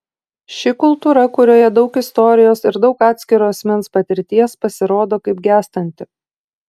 ši kultūra kurioje daug istorijos ir daug atskiro asmens patirties pasirodo kaip gęstanti